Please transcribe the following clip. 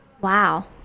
Wow